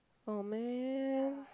oh man